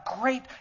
great